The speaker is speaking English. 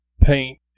paint